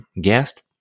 guest